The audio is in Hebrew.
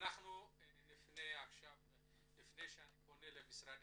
לפני שאני פונה למשרדי